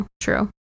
true